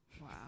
Wow